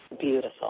Beautiful